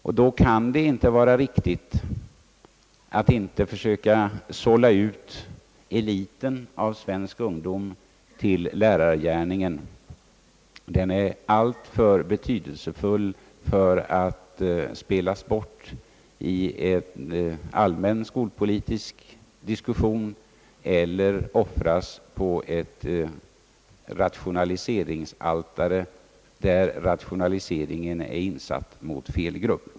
Därför kan det inte vara riktigt att inte försöka sålla fram eliten av svensk ungdom till lärargärningen, som är alltför betydelsefull för att spelas bort i en allmän skolpolitisk diskussion eller för att offras på ett rationaliseringsaltare genom en rationalisering som är insatt mot fel grupp.